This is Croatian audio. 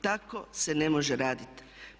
Tako se ne može raditi.